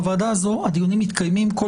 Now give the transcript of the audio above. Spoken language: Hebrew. בוועדה הזאת הדיונים מתקיימים בסדר,